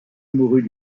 mourut